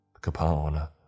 Capone